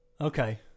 okay